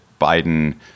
biden